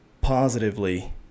positively